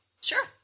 Sure